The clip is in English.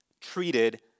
treated